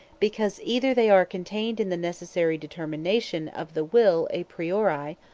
because either they are contained in the necessary determination of the will a priori,